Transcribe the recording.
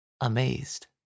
amazed